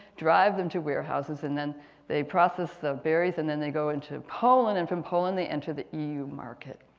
drive them to warehouses and then they process the berries and then they go into poland. and from poland they enter the eu market